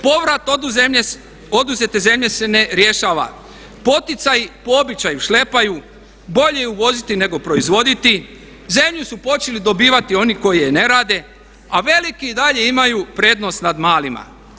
Povrat oduzete zemlje se ne rješava, poticaji po običaju šlepaju, bolje je uvoziti nego proizvoditi, zemlju su počeli dobivati oni koji je i ne rade a veliki i dalje imaju prednost nad malima.